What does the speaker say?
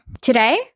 Today